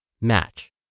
Match